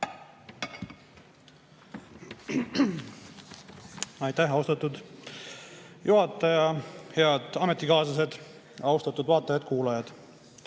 Aitäh, austatud juhataja! Head ametikaaslased! Austatud vaatajad-kuulajad!